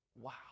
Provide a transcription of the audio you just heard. Wow